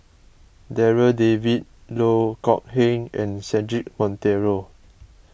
Darryl David Loh Kok Heng and Cedric Monteiro